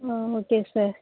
ah okay sir